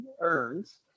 earns